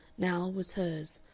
now was hers,